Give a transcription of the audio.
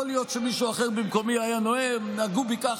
יכול להיות שמישהו אחר במקומי היה נואם: נהגו בי כך,